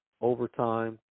overtime